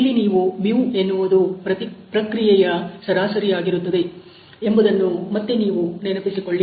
ಇಲ್ಲಿ ನೀವು 'μ' ಎನ್ನುವುದು ಪ್ರಕ್ರಿಯೆಯ ಸರಾಸರಿಯಾಗಿರುತ್ತದೆ ಎಂಬುದನ್ನು ಮತ್ತೆ ನೀವು ನೆನಪಿಸಿಕೊಳ್ಳಿ